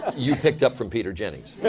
you picked up from peter jennings.